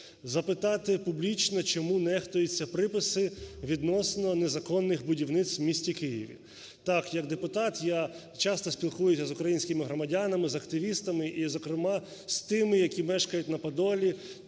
запитати публічно, чому нехтуються приписи відносно незаконних будівництв у місті Києві. Так, як депутат я часто спілкуюся з українськими громадянами, з активістами, і, зокрема, з тими, які мешкають на Подолі.